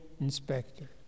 inspector